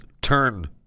turn